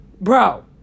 bro